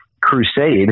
crusade